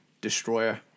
Destroyer